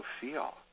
feel